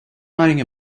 riding